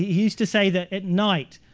he used to say that at night,